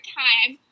time